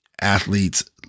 athletes